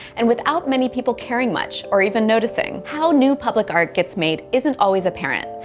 and without many people caring much or even noticing. how new public art gets made isn't always apparent.